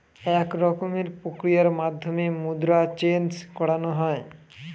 এক রকমের প্রক্রিয়ার মাধ্যমে মুদ্রা চেন্জ করানো হয়